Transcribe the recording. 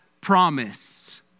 promise